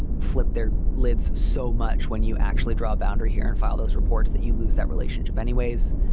flip their lids so much when you actually draw a boundary here and file those reports that you lose that relationship anyways.